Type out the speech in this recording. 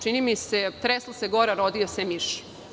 Čini mi se, tresla se gora, rodio se miš.